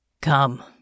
Come